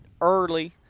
early